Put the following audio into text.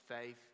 faith